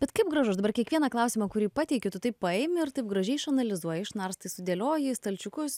bet kaip gražu dabar kiekvieną klausimą kurį pateikiu tu taip paimi ir taip gražiai išanalizuoji išnarstai sudėlioji į stalčiukus